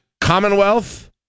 commonwealth